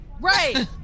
Right